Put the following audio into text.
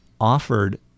offered